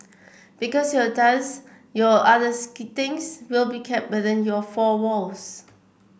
because your dance your others things will be kept within your four walls